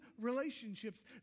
relationships